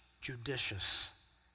judicious